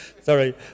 sorry